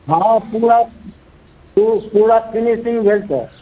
हँ पूरा खूब पूरा फिनिशिङ्ग भेल छै